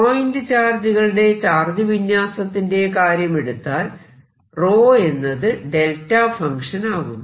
point ചാർജുകളുടെ charge വിന്യാസത്തിന്റെ കാര്യം എടുത്താൽ ρ എന്നത് ഡെൽറ്റ ഫങ്ക്ഷൻ ആകുന്നു